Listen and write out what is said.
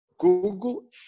Google